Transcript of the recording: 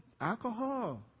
alcohol